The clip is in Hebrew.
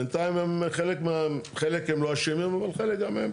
בנתיים הם חלק, חלק הם לא אשמים, אבל חלק גם הם.